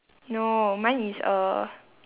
no mine is a